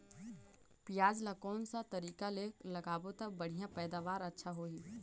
पियाज ला कोन सा तरीका ले लगाबो ता बढ़िया पैदावार अच्छा होही?